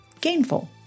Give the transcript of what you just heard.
Gainful